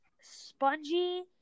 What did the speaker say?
spongy